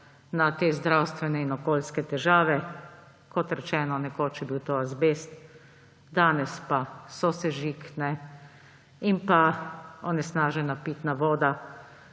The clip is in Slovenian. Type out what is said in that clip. na te zdravstvene in okoljske težave – kot rečeno, nekoč je bil to azbest, danes pa sosežig in onesnažena pitna voda–,